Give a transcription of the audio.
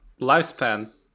lifespan